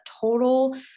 total